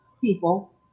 people